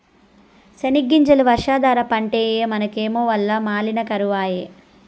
సెనగ్గింజలు వర్షాధార పంటాయె మనకేమో వల్ల మాలిన కరవాయె